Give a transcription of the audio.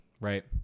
Right